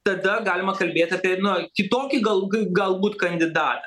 tada galima kalbėt apie na kitokį gal g galbūt kandidatą